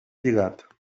lligat